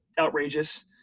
outrageous